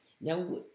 now